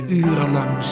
urenlang